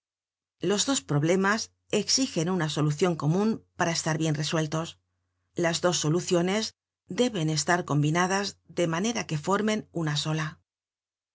los dos problemas exigen una solucion comun para estar bien resueltos las dos soluciones deben estar combinadas de manera que formen una sola